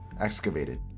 excavated